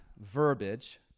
verbiage